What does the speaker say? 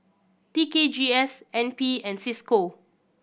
T K G S N P and Cisco